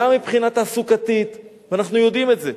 גם מבחינה תעסוקתית, ואנחנו יודעים את זה.